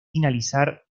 finalizar